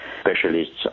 specialists